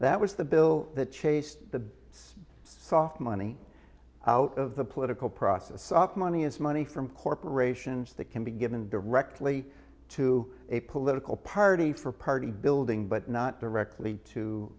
that was the bill that chased the so soft money out of the political process soft money is money from corporations that can be given directly to a political party for party building but not directly to